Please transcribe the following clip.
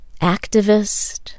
activist